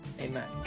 Amen